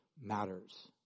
matters